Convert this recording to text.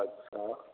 अच्छा